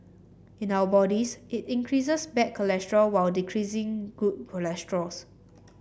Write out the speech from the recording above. in our bodies it increases bad cholesterol while decreasing good cholesterol